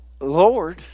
Lord